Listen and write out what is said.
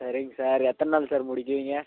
சரிங்க சார் எத்தனை நாளில் சார் முடிக்கிவிங்க